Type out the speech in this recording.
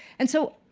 and so,